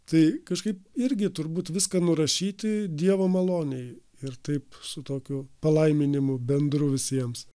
tai kažkaip irgi turbūt viską nurašyti dievo malonei ir taip su tokiu palaiminimu bendru visiems